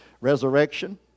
resurrection